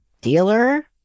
dealer